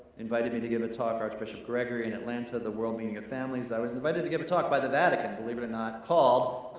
invited me to give a talk, archbishop gregory in atlanta, the world meeting of families, i was invited to give a talk by the vatican, believe it or not, called,